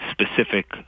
specific